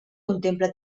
contempla